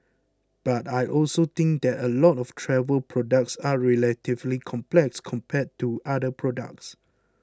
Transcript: but I also think that a lot of travel products are relatively complex compared to other products